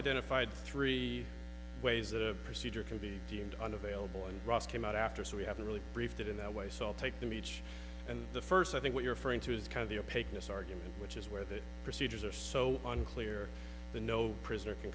identified three ways the procedure can be deemed unavailable and ross came out after so we haven't really briefed it in that way so i'll take them each and the first i think what you're for him to is kind of the a picnic argument which is where the procedures are so unclear the no prisoner can